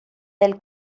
del